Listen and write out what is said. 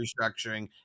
restructuring